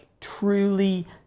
truly